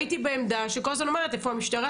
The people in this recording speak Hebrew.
הייתי בעמדה שכל הזמן אומרת איפה המשטרה,